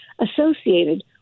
associated